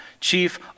Chief